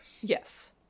Yes